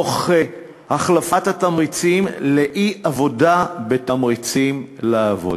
תוך החלפת התמריצים לאי-עבודה בתמריצים לעבודה.